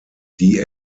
die